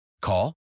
Call